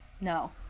No